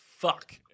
Fuck